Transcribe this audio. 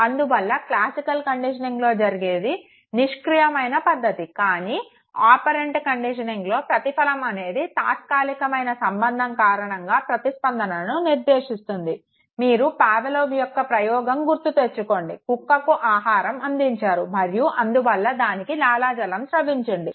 అందువల్ల క్లాసికల్ కండిషనింగ్లో జరిగేది నిష్క్రియమైన పద్దతి కానీ ఆపరెంట్ కండిషనింగ్లో ప్రతిఫలం అనేది తాత్కాలికమైన సంబంధం కారణంగా ప్రతిస్పందనను నిర్దేశిస్తుంది మీరు పావలోవ్ యొక్క ప్రయోగం గుర్తు తెచ్చుకోండి కుక్కకు ఆహారం అందించారు మరియు అందువల్ల దానికి లాలాజలం స్రవించింది